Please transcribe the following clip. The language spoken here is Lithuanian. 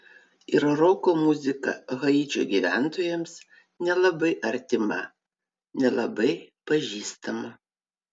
ir roko muzika haičio gyventojams nelabai artima nelabai pažįstama